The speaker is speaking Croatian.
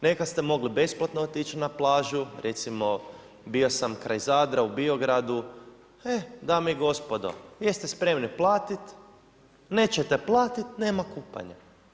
Nekada ste mogli besplatno otići na plažu, recimo bio sam kraj Zadra u Biogradu, e dame i gospodo jeste spremni platiti, nećete platiti nema kupanja.